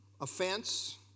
offense